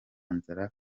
nzara